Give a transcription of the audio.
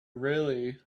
really